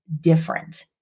different